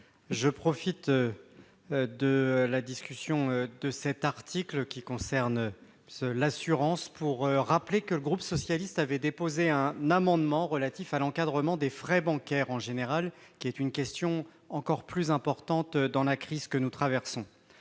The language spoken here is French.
Je profite de la discussion de cet article, qui concerne l'assurance, pour rappeler que le groupe socialiste et républicain a déposé un amendement relatif à l'encadrement des frais bancaires en général. C'est devenu une question d'importance dans la crise que nous traversons.